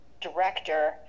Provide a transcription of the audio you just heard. director